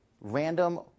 random